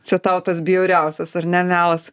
čia tau tas bjauriausias ar ne melas